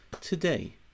today